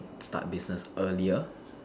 start business earlier